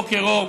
בוקר אור.